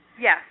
Yes